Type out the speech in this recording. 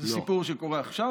זה סיפור שקורה עכשיו?